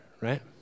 right